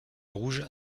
rouge